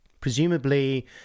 Presumably